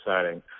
exciting